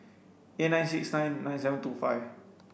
eight nine six nine nine seven two five